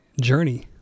journey